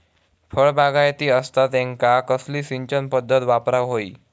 फळबागायती असता त्यांका कसली सिंचन पदधत वापराक होई?